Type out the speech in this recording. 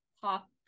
pop